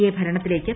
A ഭരണത്തിലേക്ക്